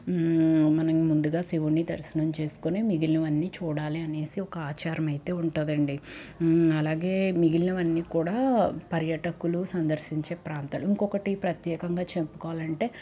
మనం ముందుగా శివుని దర్శనం చేసుకుని మిగిలినవన్నీ చూడాలి అనేసి ఒక ఆచారమైతే ఉంటుంది అండి అలాగే మిగిలినవన్నీ కూడా పర్యాటకులు సందర్శించే ప్రాంతాలు ఇంకొకటి ప్రత్యేకంగా చెప్పుకోవాలంటే